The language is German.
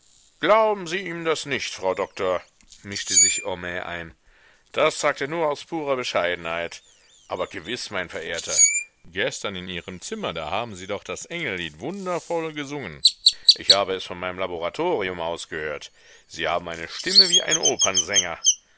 glauben sie ihm das nicht frau doktor mischte sich homais ein das sagt er nur aus purer bescheidenheit aber gewiß mein verehrter gestern in ihrem zimmer da haben sie doch das engellied wundervoll gesungen ich hab es von meinem laboratorium aus gehört sie haben eine stimme wie ein opernsänger